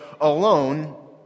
alone